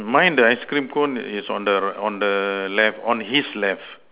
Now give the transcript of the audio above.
mine the ice cream cone is on the on the left on his left